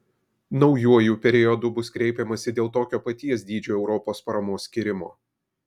naujuoju periodu bus kreipiamasi dėl tokio paties dydžio europos paramos skyrimo